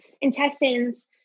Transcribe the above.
intestines